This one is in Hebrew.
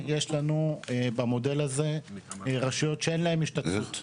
יש לנו במודל הזה רשויות שאין להן השתתפות,